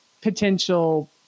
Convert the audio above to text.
potential